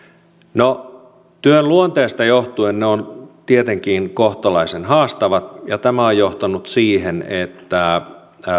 no työn luonteesta johtuen ne ovat tietenkin kohtalaisen haastavat ja tämä on johtanut siihen että